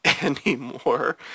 anymore